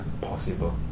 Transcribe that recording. possible